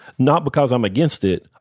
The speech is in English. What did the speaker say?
not because i'm against it,